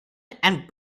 and